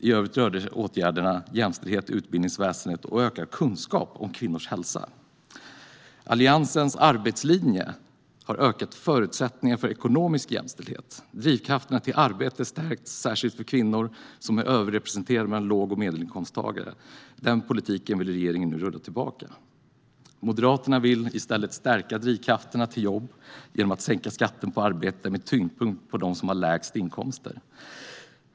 I övrigt rörde åtgärderna jämställdhet i utbildningsväsendet och ökad kunskap om kvinnors hälsa. Alliansens arbetslinje har ökat förutsättningarna för ekonomisk jämställdhet. Drivkrafterna för arbete har stärkts, särskilt för kvinnor, som är överrepresenterade bland låg och medelinkomsttagare. Den politiken vill regeringen nu rulla tillbaka. Moderaterna vill i stället stärka drivkrafterna för jobb genom att sänka skatten på arbete med tyngdpunkt på dem som har lägst inkomster.